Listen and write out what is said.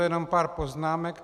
Jenom pár poznámek.